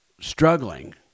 struggling